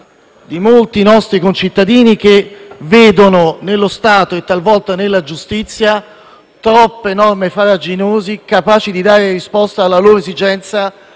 di molti nostri concittadini che vedono nello Stato e, talvolta, nella giustizia, troppe norme farraginose incapaci di dare risposta alla loro legittima